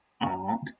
Art